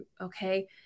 okay